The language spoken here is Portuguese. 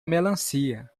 melancia